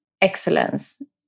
excellence